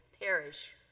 perish